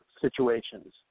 situations